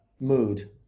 mood